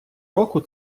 року